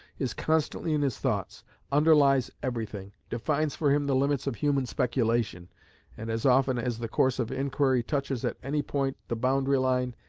is constantly in his thoughts underlies everything defines for him the limits of human speculation and, as often as the course of inquiry touches at any point the boundary line,